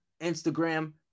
Instagram